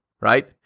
right